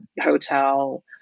hotel